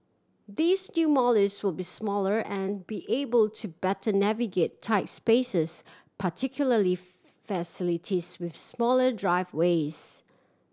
these new Mollies will be smaller and be able to better navigate tights spaces particularly facilities with smaller driveways